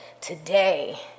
today